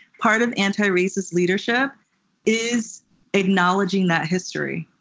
part of anti-racist leadership is acknowledging that history.